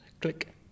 Click